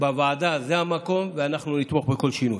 בוועדה זה המקום, ואנחנו נתמוך בכל שינוי.